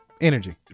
Energy